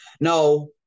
no